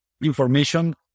information